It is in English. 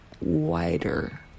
wider